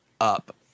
up